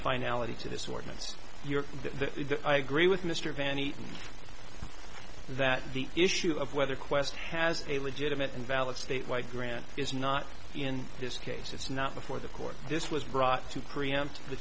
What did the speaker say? finality to this ordinance you're the i agree with mr vanney that the issue of whether quest has a legitimate and valid state wide grant is not in this case it's not before the court this was brought to preempt the